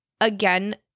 again